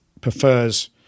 prefers